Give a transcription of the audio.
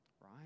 right